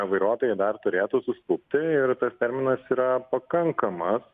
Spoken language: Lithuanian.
vairuotojai dar turėtų suskubti ir tas terminas yra pakankamas